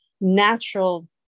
natural